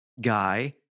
guy